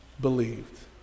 believed